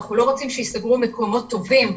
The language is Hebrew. אנחנו לא רוצים שייסגרו מקומות טובים.